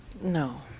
No